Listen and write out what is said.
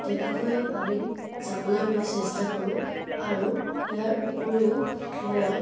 তেনেকৈয়ে আমি যাবলৈ মই চেষ্টা কৰোঁ আৰু ইয়াৰ উপৰিও মই